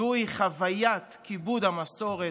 זוהי חוויית כיבוד המסורת,